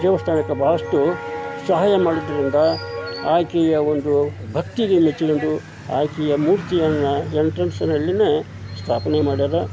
ದೇವಸ್ಥಾನಕ್ಕ ಭಾಳಷ್ಟು ಸಹಾಯ ಮಾಡಿದ್ದರಿಂದ ಆಕೆಯ ಒಂದು ಭಕ್ತಿಗೆ ಮೆಚ್ಕೊಂಡು ಆಕೆಯ ಮೂರ್ತಿಯನ್ನು ಎಂಟ್ರೆನ್ಸಿನಲ್ಲಿಯೇ ಸ್ಥಾಪನೆ ಮಾಡ್ಯಾರ